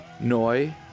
Noi